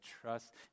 trust